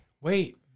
Wait